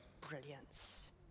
brilliance